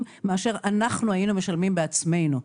מאשר אנחנו היינו משלמים בעצמנו.